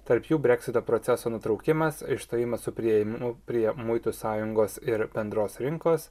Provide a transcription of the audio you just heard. tarp jų breksito proceso nutraukimas išstojimas su priėjimu prie muitų sąjungos ir bendros rinkos